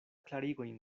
klarigojn